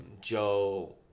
Joe